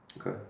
Okay